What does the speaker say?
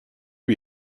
lui